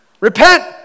Repent